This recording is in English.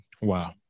Wow